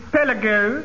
Pelagos